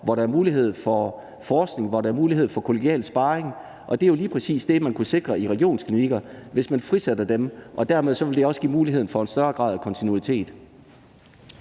hvor der er mulighed for forskning, hvor der er mulighed for kollegial sparring, og det er jo lige præcis det, man kunne sikre i regionsklinikker, hvis man frisatte dem, og dermed ville det også give mulighed for en større grad af kontinuitet.